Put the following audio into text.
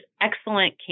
excellent